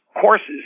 courses